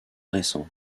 récent